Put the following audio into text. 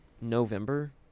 November